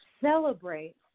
celebrate